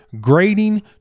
grading